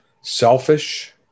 Selfish